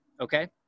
okay